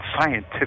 scientific